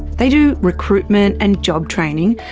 they do recruitment and job training,